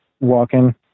walking